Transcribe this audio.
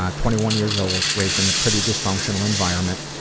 ah twenty one years old, raised in a pretty dysfunctional environment.